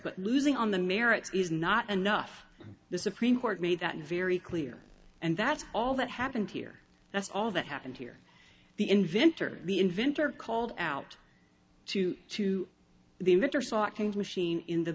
but losing on the merits is not enough the supreme court made that very clear and that's all that happened here that's all that happened here the inventor the inventor called out to to the